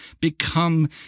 become